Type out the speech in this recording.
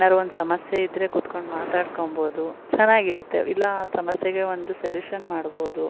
ಏನಾರು ಸಮಸ್ಯೆ ಇದ್ರೆ ಕುತ್ಕೊಂಡ್ ಮಾತಾಡ್ಕೊಂನ್ಬೌದು ಚೆನ್ನಾಗಿರುತ್ತೆ ಇಲ್ಲ ಸಮಸ್ಯೆಗೆ ಒಂದು ಸೆಲ್ಯುಷನ್ ಮಾಡ್ಬೌದು